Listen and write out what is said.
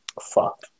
fuck